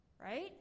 Right